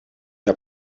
der